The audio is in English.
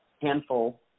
handful